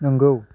नंगौ